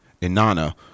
Inanna